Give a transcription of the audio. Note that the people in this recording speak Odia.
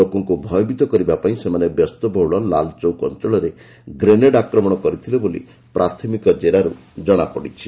ଲୋକଙ୍କୁ ଭୟଭୀତ କରିବା ପାଇଁ ସେମାନେ ବ୍ୟସ୍ତବହୁଳ ଲାଲଚୌକ ଅଞ୍ଚଳରେ ଗ୍ରେନେଡ୍ ଆକ୍ରମଣ କରିଥିଲେ ବୋଲି ପ୍ରାର୍ଥମିକ ଜେରାରୁ ଜଣାପଡ଼ିଛି